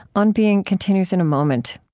on being continues in a moment